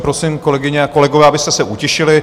Prosím, kolegyně a kolegové, abyste se utišili.